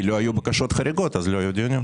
כי לא היו בקשות חריגות אז לא היו דיונים.